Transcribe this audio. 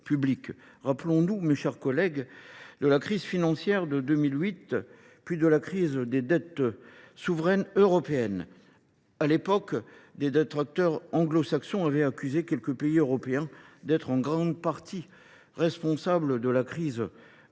Rappelons-nous, mes chers collègues, de la crise financière de 2008, puis de la crise des dettes souveraines européennes. À l'époque, des détracteurs anglo-saxons avaient accusé quelques pays européens d'être en grande partie responsables de la crise européenne